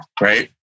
right